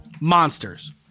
monsters